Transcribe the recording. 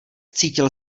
cítil